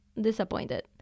disappointed